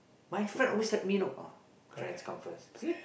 my friends always help me you know ah friends come first see